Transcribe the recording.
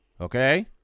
Okay